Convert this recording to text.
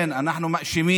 כן, אנחנו מאשימים